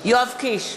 יואב קיש,